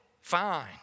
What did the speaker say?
Fine